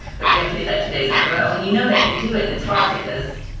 but you have to get that two days in a row and you know they can do it, and it's hard because,